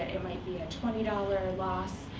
it might be a twenty dollars loss,